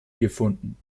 gefunden